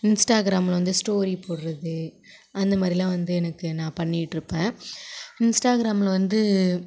இன்ஸ்டாகிராமில் வந்து ஸ்டோரி போடுறது அந்த மாதிரிலாம் வந்து எனக்கு நான் பண்ணிட்டு இருப்பேன் இன்ஸ்டாகிராமில் வந்து